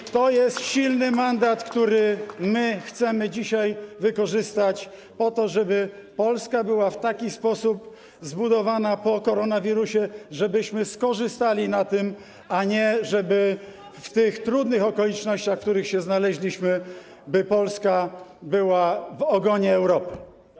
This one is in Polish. I to jest silny mandat, który my chcemy dzisiaj wykorzystać po to, żeby Polska była w taki sposób zbudowana po koronawirusie, żebyśmy skorzystali na tym, a nie żeby w tych trudnych okolicznościach, w których się znaleźliśmy, Polska była w ogonie Europy.